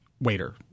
waiter